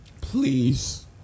please